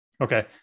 Okay